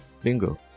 Bingo